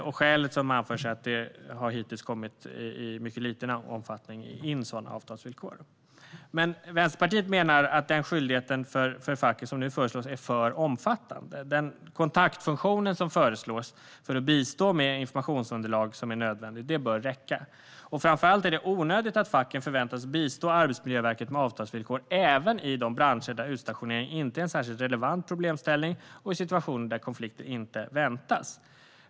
Det skäl som anförs är att sådana avtalsvillkor hittills inkommit i mycket liten omfattning. Vänsterpartiet anser dock att den skyldighet för facken som föreslås är för omfattande. Den kontaktfunktion som föreslås för att bistå med det informationsunderlag som är nödvändigt bör räcka. Framför allt är det onödigt att facken förväntas bistå Arbetsmiljöverket med avtalsvillkor även i branscher där utstationering inte är en särskilt relevant problemställning och i situationer där konflikter inte väntas.